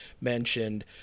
mentioned